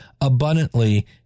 abundantly